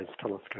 Telescope